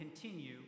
continue